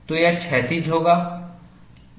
तो यह क्षैतिज होगा